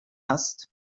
hast